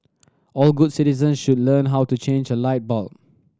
all good citizens should learn how to change a light bulb